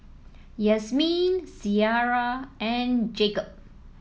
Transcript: Yasmeen Ciera and Jakob